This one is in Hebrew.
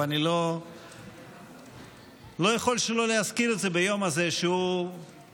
אבל אני לא יכול שלא להזכיר את זה ביום הזה שהוא בשבילנו,